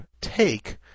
take